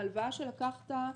ההלוואה שלקחת,